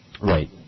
Right